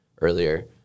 earlier